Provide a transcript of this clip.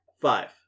Five